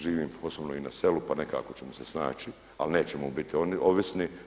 Živim osobno i na selu pa nekako ćemo se snaći, ali nećemo biti ovisni.